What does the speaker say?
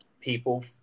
people